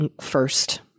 first